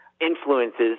influences